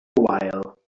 while